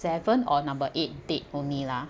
seven or number eight date only lah